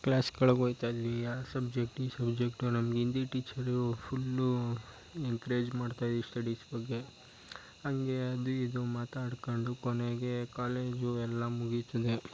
ಕ್ಲಾಸ್ಗಳ್ಗೆ ಹೋಗ್ತಾಯಿದ್ದೀವಿ ಆ ಸಬ್ಜೆಕ್ಟ್ ಈ ಸಬ್ಜೆಕ್ಟ್ ನನಗೆ ಹಿಂದಿ ಟೀಚರು ಫುಲ್ಲು ಎನ್ಕರೇಜ್ ಮಾಡ್ತಾ ಈ ಸ್ಟಡೀಸ್ ಬಗ್ಗೆ ಹಂಗೆ ಅದು ಇದು ಮಾತಾಡಿಕೊಂಡು ಕೊನೆಗೆ ಕಾಲೇಜು ಎಲ್ಲ ಮುಗೀತದೆ